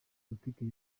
politique